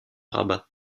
rabat